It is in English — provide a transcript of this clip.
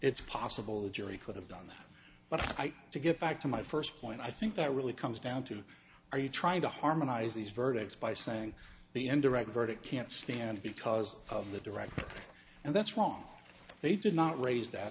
it's possible the jury could have done that but to get back to my first point i think that really comes down to are you trying to harmonize these verdicts by saying the n direct verdict can't stand because of the director and that's wrong they did not raise that